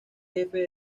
jefe